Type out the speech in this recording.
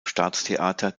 staatstheater